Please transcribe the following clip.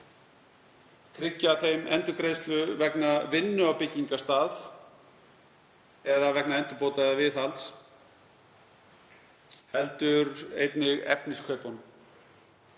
tryggja þeim endurgreiðslu vegna vinnu á byggingarstað eða vegna endurbóta eða viðhalds heldur einnig vegna